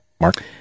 Mark